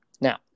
Now